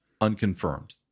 Unconfirmed